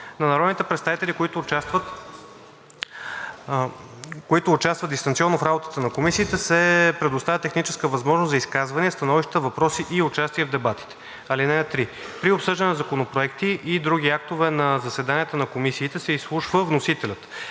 На народните представители, които участват дистанционно в работата на комисиите, се предоставя техническа възможност за изказвания, становища, въпроси и участие в дебатите. (3) При обсъждане на законопроекти и други актове на заседанията на комисиите се изслушва вносителят.